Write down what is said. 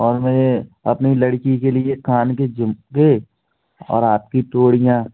और मैंने अपनी लड़की के लिए कान के झुमके और हाथ की तोड़ीयाँ